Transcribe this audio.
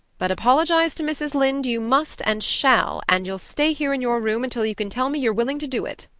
but apologize to mrs. lynde you must and shall and you'll stay here in your room until you can tell me you're willing to do it.